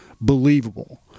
believable